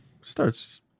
starts